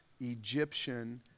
Egyptian